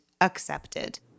accepted